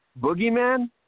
Boogeyman